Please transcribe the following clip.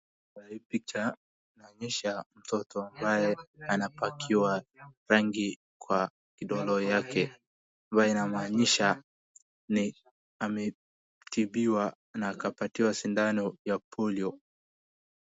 Kwa hii picha inaonyesha mtoto ambaye anapakiwa rangi kwa kidole yake ambaye inamaanisha ametibiwa na akapatiwa sindano ya polio.